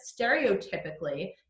stereotypically